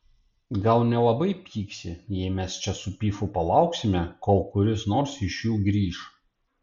gal nelabai pyksi jei mes čia su pifu palauksime kol kuris nors iš jų grįš